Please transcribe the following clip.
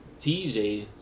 TJ